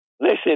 Listen